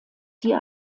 die